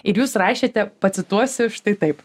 ir jūs rašėte pacituosiu štai taip